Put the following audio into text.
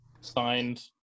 signed